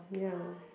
ya